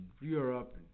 Europe